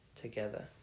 together